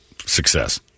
success